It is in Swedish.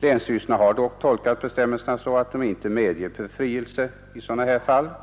Länsstyrelserna har dock tolkat bestämmelsen så att de icke medger befrielse från fordonsskatt i fall som dessa.